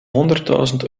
honderdduizend